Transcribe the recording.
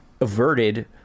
averted